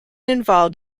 involved